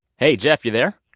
hey, jeff. you there?